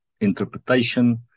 interpretation